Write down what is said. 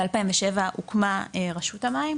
ב-2007 הוקמה רשות המים,